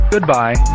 Goodbye